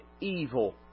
evil